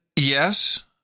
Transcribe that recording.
yes